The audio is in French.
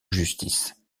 justice